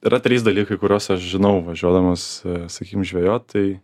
yra trys dalykai kuriuos aš žinau važiuodamas sakykim žvejot tai